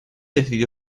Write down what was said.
decidió